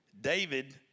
David